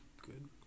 Good